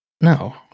No